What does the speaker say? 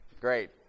great